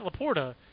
Laporta